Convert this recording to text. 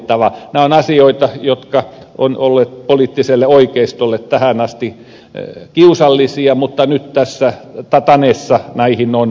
nämä ovat asioita jotka ovat olleet poliittiselle oikeistolle tähän asti kiusallisia mutta nyt tässä tanessa näihin on päädytty